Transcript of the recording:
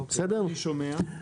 אתה יודע מה,